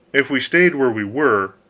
if we stayed where we were,